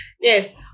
Yes